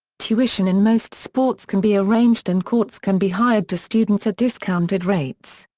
tuition in most sports can be arranged and courts can be hired to students at discounted rates.